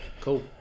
Cool